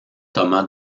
thomas